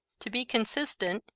to be consistent,